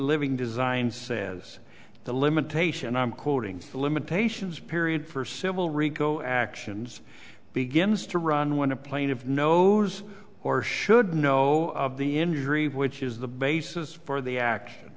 living design says the limitation i'm quoting the limitations period for civil rico actions begins to run when a plaintiff knows or should know of the injury which is the basis for the action